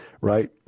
right